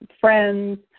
friends